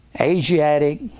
Asiatic